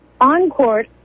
On-court